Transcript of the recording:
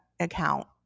account